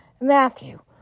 Matthew